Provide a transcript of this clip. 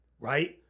Right